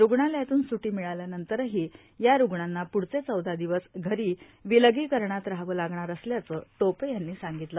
रुग्णालयातून सुटी मिळाल्यानंतरही या रुग्णांना प्रढचे चौदा दिवस घरी विलगीकरणात राहावं लागणार असल्याचं टोपे यांनी सांगितलं